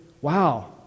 wow